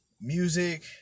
music